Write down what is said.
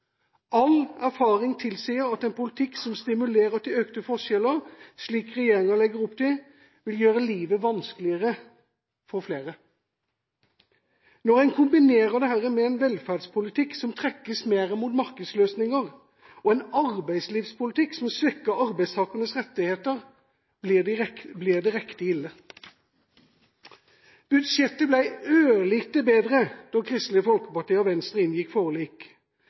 All erfaring tilsier at en politikk som stimulerer til økte forskjeller, slik regjeringa legger opp til, vil gjøre livet vanskeligere for flere. Når en kombinerer dette med en velferdspolitikk som trekkes mer mot markedsløsninger, og en arbeidslivspolitikk som svekker arbeidstakernes rettigheter, blir det riktig ille. Budsjettet ble ørlite bedre da Kristelig Folkeparti og Venstre inngikk forlik.